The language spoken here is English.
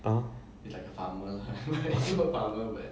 ah